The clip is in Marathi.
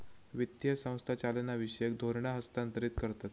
वित्तीय संस्था चालनाविषयक धोरणा हस्थांतरीत करतत